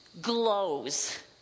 glows